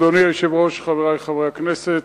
אדוני היושב-ראש, חברי חברי הכנסת,